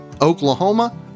Oklahoma